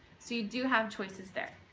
so you do have choices there.